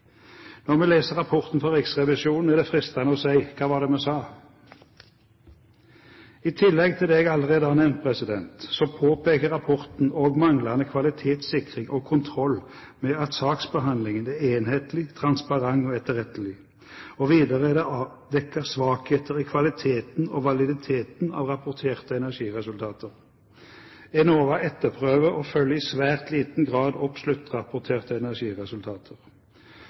Når vi leser rapporten fra Riksrevisjonen, er det fristende å si: Hva var det vi sa? I tillegg til det jeg allerede har nevnt, påpeker rapporten også manglende kvalitetssikring og kontroll med at saksbehandlingen er enhetlig, transparent og etterrettelig. Videre er det avdekket svakheter i kvaliteten og validiteten av rapporterte energiresultater. Enova etterprøver og følger i svært liten grad opp sluttrapporterte energiresultater.